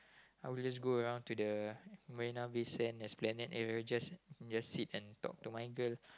I will just go around to the Marina-Bay-Sands Esplanade area and just just sit and talk to my girl